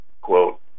quote